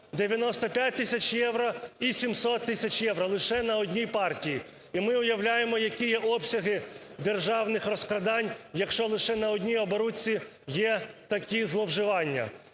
95 тисяч євро і 700 тисяч євро – лише на одній партії. І ми уявляємо, які є обсяги державних розкрадань, якщо лише на одній оборудці є такі зловживання.